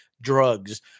drugs